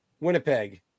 Winnipeg